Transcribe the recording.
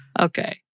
Okay